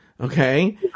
Okay